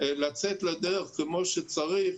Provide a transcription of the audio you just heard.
לצאת לדרך כמו שצריך.